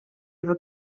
fod